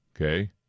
okay